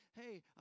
hey